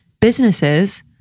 businesses